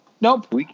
Nope